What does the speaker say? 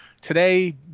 Today